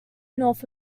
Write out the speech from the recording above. north